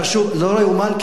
לא ייאמן.